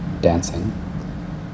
dancing